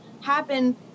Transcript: happen